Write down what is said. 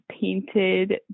painted